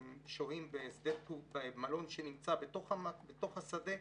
הם שוהים במלון שנמצא בתוך השדה.